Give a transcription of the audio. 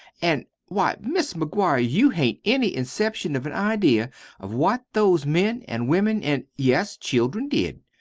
an' why, mis' mcguire, you hain't any inception of an idea of what those men an' women an' yes, children did.